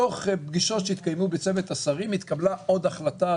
בתוך פגישות שהתקיימו בין צוות השרים התקבלה עוד החלטה,